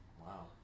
wow